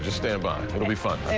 ah stand by. it'll be fun,